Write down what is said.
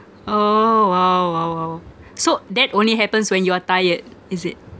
oh !wow! !wow! !wow! so that only happens when you are tired is it